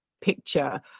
picture